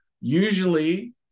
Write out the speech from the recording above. Usually